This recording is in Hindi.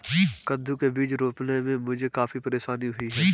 कद्दू के बीज रोपने में मुझे काफी परेशानी हुई